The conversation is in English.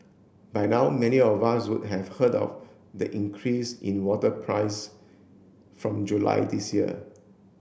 by now many of us would have heard of the increase in water price from July this year